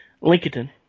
Lincoln